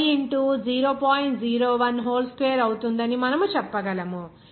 01 whole square అవుతుందని మనము చెప్పగలం